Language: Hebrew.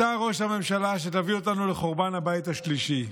אתה ראש הממשלה שתביא אותנו לחורבן הבית השלישי,